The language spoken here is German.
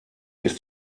ist